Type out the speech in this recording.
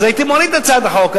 הייתי מוריד את הצעת החוק.